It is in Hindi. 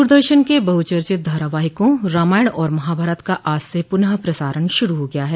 दूरदर्शन के बहुचर्चित धारावाहिकों रामायण और महाभारत का आज से पुनःप्रसारण शुरू हो गया है